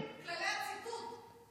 כללי הציטוט.